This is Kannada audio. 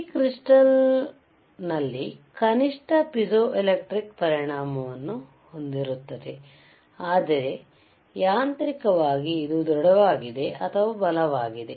ಈ ಕ್ರಿಸ್ಟಾಲ್ ಕನಿಷ್ಠ ಪೀಜೋಎಲೆಕ್ಟ್ರಿಕ್ವ ಪರಿಣಾಮವನ್ನು ಹೊಂದಿದೆ ಆದರೆ ಯಾಂತ್ರಿಕವಾಗಿ ಇದು ದೃಢವಾಗಿದೆ ಅಥವಾ ಬಲವಾಗಿದೆ